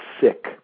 sick